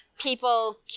People